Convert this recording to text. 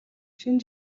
шинэ